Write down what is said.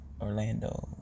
Orlando